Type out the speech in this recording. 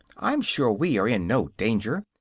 i'm sure we are in no danger,